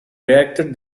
reactor